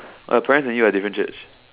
Bryan and you are different Church